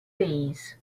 bees